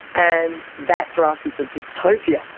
and that for us is a dystopia.